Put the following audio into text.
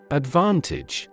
advantage